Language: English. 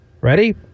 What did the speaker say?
ready